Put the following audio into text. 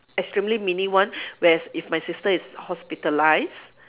extremely mini one whereas if my sister is hospitalised